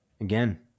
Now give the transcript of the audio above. Again